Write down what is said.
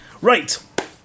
right